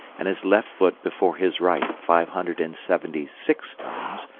and his left foot before his right five hundred and seventy-six times,